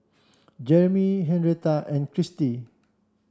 Jeremey Henretta and Cristy